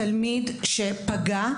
תלמיד שפגע,